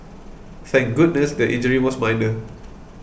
thank goodness the injury was minor